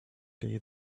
day